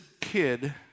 kid